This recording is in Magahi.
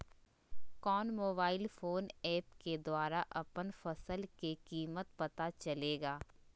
कौन मोबाइल फोन ऐप के द्वारा अपन फसल के कीमत पता चलेगा?